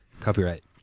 Copyright